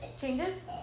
Changes